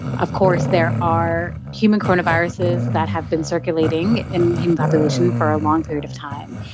of course there are human coronaviruses that have been circulating in the human population for a long period of time,